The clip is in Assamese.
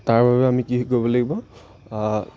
তাৰ বাবে আমি কি কৰিব লাগিব